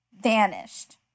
vanished